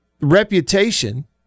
reputation